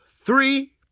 three